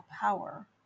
power